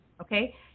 Okay